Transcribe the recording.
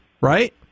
right